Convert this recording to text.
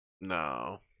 No